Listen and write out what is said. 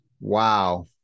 Wow